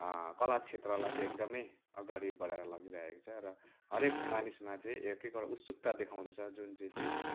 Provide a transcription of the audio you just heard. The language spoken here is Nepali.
कला क्षेत्रलाई एकदमै अगाडि बढाएर लगिरहेको छ हरेक मानिसमा चाहिँ एक एकवटा उत्सुकता देखाउँदछ जुन चाहिँ चाहिँ